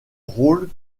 rôles